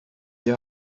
die